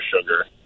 sugar